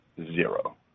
zero